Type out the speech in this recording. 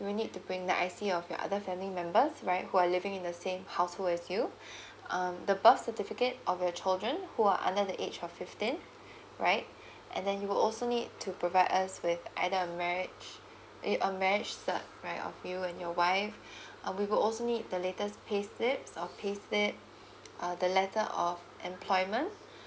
you need to bring the I_ C of your other family members right who are living in the same household as you um the birth certificate of your children who are under the age of fifteen right and then you will also need to provide us with either a marriage it uh marriage cert right of you and your wife uh we will also need the latest paid slip of paid slip uh the letter of employment